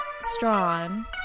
Strawn